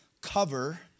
Cover